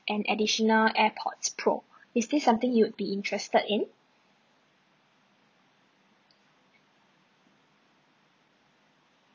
an additional airpods pro is this something you would be interested in